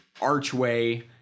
archway